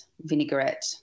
vinaigrette